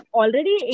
already